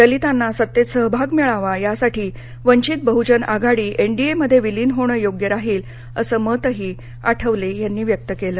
दलितांना सत्तेत सहभाग मिळावा यासाठी वंचित बहुजन आघाडी एनडीएमध्ये विलीन होणं योग्य राहील असं मतही आठवले यांनी व्यक्त केलं